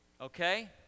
Okay